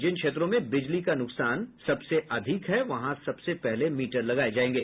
जिन क्षेत्रों में बिजली का नुकसान सबसे अधिक है वहां सबसे पहले मीटर लगाये जायेंगे